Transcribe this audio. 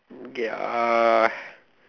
K uh